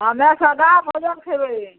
हमे सादा भोजन खएबै